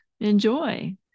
Enjoy